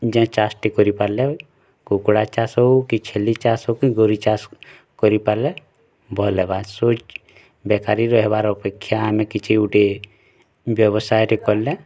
ଯେଏଁ ଚାଷ୍ ଟି କରି ପାରିଲେ କୁକୁଡ଼ା ଚାଷ୍ ହେଉ କି ଛେଲି ଚାଷ ହେଉ କି ଗୋରୁ ଚାଷ କରି ପାରିଲେ ଭଲ୍ ହେବା ଶୁଚ୍ ବେକାରି ରହିବାର୍ ଅପେକ୍ଷା ଆମେ କିଛି ଗୁଟେ ବ୍ୟବସାୟଟେ କଲେ